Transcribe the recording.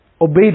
obeyed